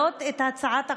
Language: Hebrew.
הצעת החוק,